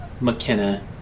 McKenna